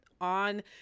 on